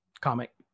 comic